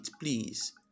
please